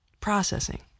Processing